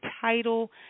title